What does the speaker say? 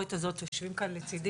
הביקורת הזאת יושבים כאם לצידי,